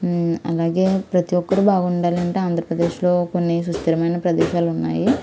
అలాగే ప్రతి ఒక్కరు బాగుండాలి అంటే ఆంధ్రప్రదేశ్లో కొన్ని సుస్థిరమైన ప్రదేశాలు ఉన్నాయి